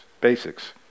Basics